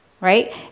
Right